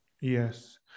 Yes